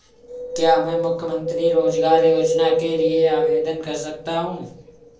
क्या मैं मुख्यमंत्री रोज़गार योजना के लिए आवेदन कर सकता हूँ?